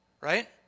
Right